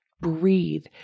breathe